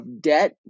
debt